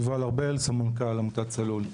יובל ארבל, סמנכ"ל עמותת "צלול".